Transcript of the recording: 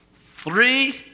three